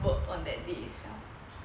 work on that day itself